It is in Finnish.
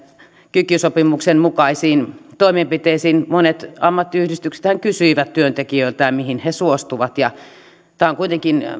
kiky sopimuksen mukaisiin toimenpiteisiin monet ammattiyhdistyksethän kysyivät työntekijöiltään mihin he suostuvat tämä on kuitenkin